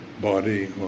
body